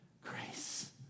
grace